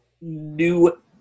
new